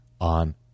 on